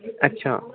ਅੱਛਾ